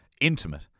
intimate